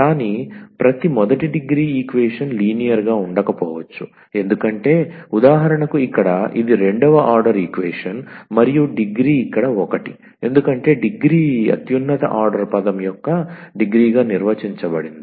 కానీ ప్రతి మొదటి డిగ్రీ ఈక్వేషన్ లీనియర్ గా ఉండకపోవచ్చు ఎందుకంటే ఉదాహరణకు ఇక్కడ ఇది రెండవ ఆర్డర్ ఈక్వేషన్ మరియు డిగ్రీ ఇక్కడ ఒకటి ఎందుకంటే డిగ్రీ ఈ అత్యున్నత ఆర్డర్ పదం యొక్క డిగ్రీగా నిర్వచించబడింది